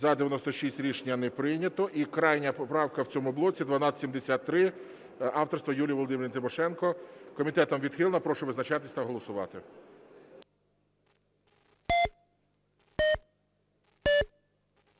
За-96 Рішення не прийнято. І крайня поправка в цьому блоці 1273 авторства Юлії Володимирівни Тимошенко. Комітетом відхилена. Прошу визначатись та голосувати.